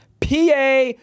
PA